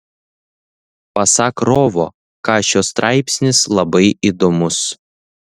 pasak rovo kašio straipsnis labai įdomus